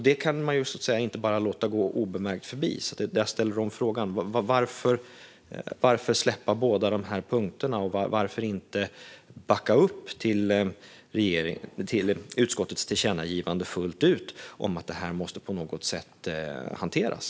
Det kan man inte bara låta gå obemärkt förbi, så jag ställer frågan igen: Varför släppa båda de här punkterna, och varför inte backa upp utskottets tillkännagivande fullt ut om att det här på något sätt måste hanteras?